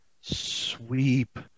sweep